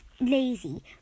Lazy